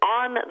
on